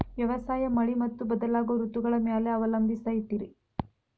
ವ್ಯವಸಾಯ ಮಳಿ ಮತ್ತು ಬದಲಾಗೋ ಋತುಗಳ ಮ್ಯಾಲೆ ಅವಲಂಬಿಸೈತ್ರಿ